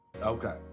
Okay